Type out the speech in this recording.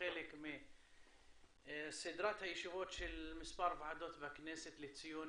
כחלק מסדרת הישיבות של מספר ועדות בכנסת לציון